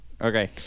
Okay